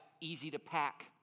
easy-to-pack